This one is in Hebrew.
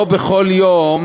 לא בכל יום